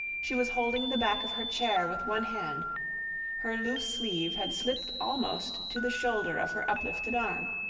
she was holding the back of her chair with one hand her loose sleeve had slipped almost to the shoulder of her uplifted arm.